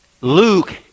Luke